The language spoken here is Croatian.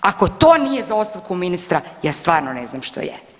Ako to nije za ostavku ministra ja stvarno ne znam što je.